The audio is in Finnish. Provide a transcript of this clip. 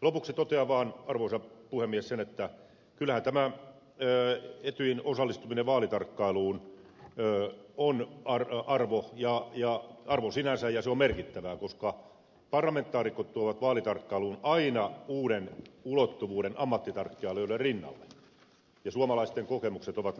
lopuksi totean vaan arvoisa puhemies sen että kyllähän tämä etyjin osallistuminen vaalitarkkailuun öö kun arto arvon ja on arvo sinänsä ja se on merkittävää koska parlamentaarikot tuovat vaalitarkkailuun aina uuden ulottuvuuden ammattitarkkailijoiden rinnalle ja suomalaisten kokemukset ovat